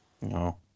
No